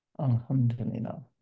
alhamdulillah